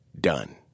Done